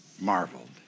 marveled